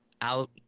out